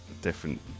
different